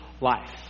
life